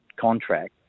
contract